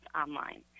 online